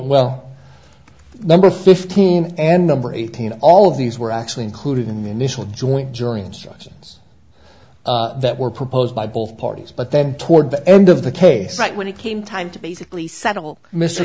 well number fifteen and number eighteen all of these were actually included in the initial joint jury instructions that were proposed by both parties but then toward the end of the case right when it came time to basically settle mr